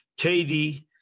KD